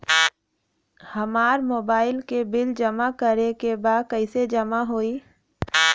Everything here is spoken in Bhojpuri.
हमार मोबाइल के बिल जमा करे बा कैसे जमा होई?